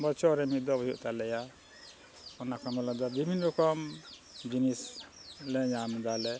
ᱵᱚᱪᱷᱚᱨ ᱨᱮ ᱢᱤᱫ ᱫᱷᱟᱣ ᱦᱩᱭᱩᱜ ᱛᱟᱞᱮᱭᱟ ᱚᱱᱟ ᱠᱚ ᱢᱮᱞᱟ ᱫᱚ ᱵᱤᱵᱷᱤᱱᱱᱚ ᱨᱚᱠᱚᱢ ᱡᱤᱱᱤᱥ ᱞᱮ ᱧᱟᱢ ᱫᱟᱞᱮ